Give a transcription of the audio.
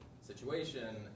situation